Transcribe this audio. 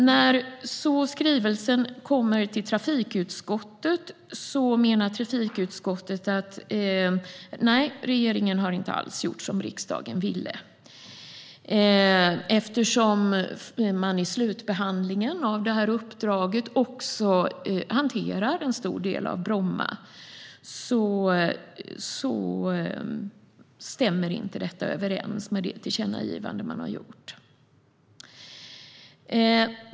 När skrivelsen sedan kom till trafikutskottet menade utskottet att regeringen inte alls hade gjort som riksdagen ville. I en stor del av slutbehandlingen av uppdraget hanteras nämligen också Bromma flygplats. Därför stämmer det inte överens med riksdagens tillkännagivande.